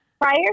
prior